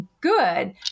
good